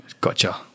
gotcha